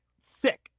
sick